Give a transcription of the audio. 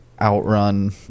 outrun